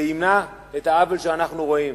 וימנע את העוול שאנחנו רואים.